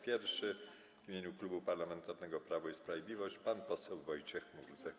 Pierwszy w imieniu Klubu Parlamentarnego Prawo i Sprawiedliwość pan poseł Wojciech Murdzek.